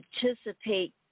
participate